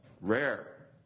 Rare